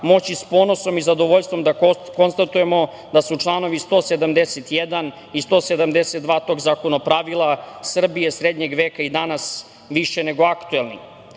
moći s ponosom i zadovoljstvom da konstatujemo da su članovi 171. i 172. tog zakonopravila Srbije srednjeg veka i danas više nego aktuelni. Istakao